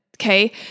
Okay